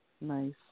Nice